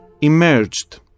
emerged